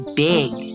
big